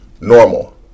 normal